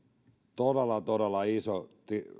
todella todella iso